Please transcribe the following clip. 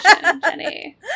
Jenny